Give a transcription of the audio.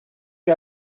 que